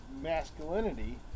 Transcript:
masculinity